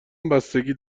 بستگی